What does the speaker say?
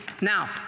Now